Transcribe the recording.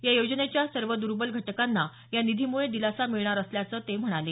या योजनेच्या सर्व द्र्बल घटकांना या निधीम्ळे दिलासा मिळणार असल्याचं ते म्हणाले